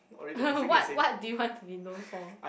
what what do you want to be known for